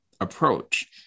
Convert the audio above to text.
approach